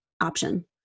option